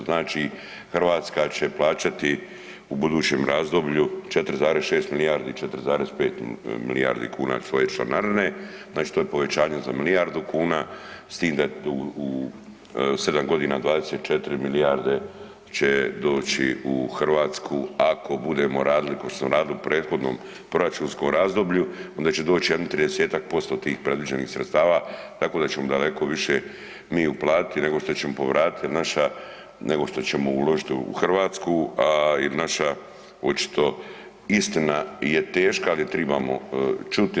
Znači Hrvatska će plaćati u budućem razdoblju 4,6 milijardi 4,5 milijardi kuna svoje članarine, znači to je povećanje za milijardu kuna s tim da u sedam godina 24 milijarde će doći u Hrvatsku ako budemo radili kao što smo radili u prethodnom proračunskom razdoblju onda će doći jedno 30-ak posto tih predviđenih sredstava tako da ćemo daleko više mi uplatiti nego što ćemo povratiti, nego što ćemo uložiti u Hrvatsku jer naša očito istina je teška, ali je tribamo čuti.